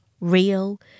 real